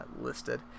listed